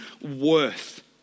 worth